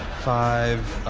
five.